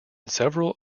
several